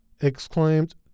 exclaimed